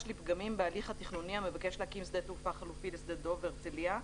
לפגמים בהליך התכנוני המבקש להקים שדה תעופה חלופי לשדה דב בהרצליה,